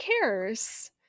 cares